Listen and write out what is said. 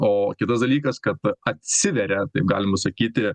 o kitas dalykas kad atsiveria taip galima sakyti